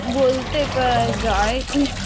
বলতে পারা যায়